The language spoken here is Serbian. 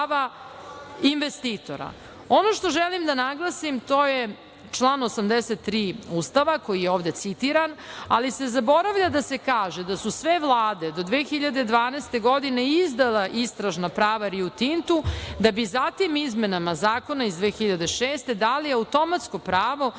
što želim da naglasim, to je član 83. Ustava, koji je ovde citiran, ali se zaboravlja da se kaže da su sve vlade do 2012. godine izdala istražna prava Rio Tintu da bi zatim izmenama zakona iz 2006. godine dali automatsko pravo onome